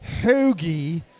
hoagie